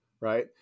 Right